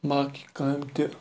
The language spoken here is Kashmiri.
باقی کامہِ تہِ